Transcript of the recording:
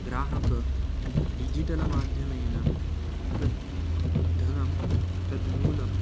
ग्राहकः डिजिटल माध्यमेन तद्धनं तत् मूलं